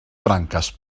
branques